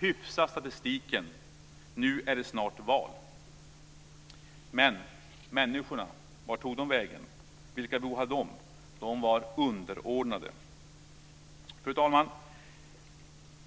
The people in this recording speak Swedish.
Hyfsa statistiken! Nu är det snart val. Men var tog människorna vägen? Vilka behov har de? De var underordnade. Fru talman!